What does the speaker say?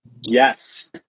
Yes